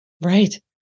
Right